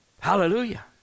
hallelujah